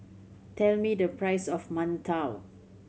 tell me the price of mantou